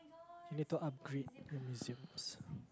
you need to upgrade your museums